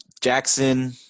Jackson